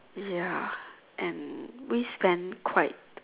ya and we spent quite